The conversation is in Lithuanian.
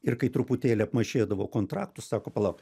ir kai truputėlį apmažėdavo kontraktų sako palauk